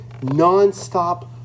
nonstop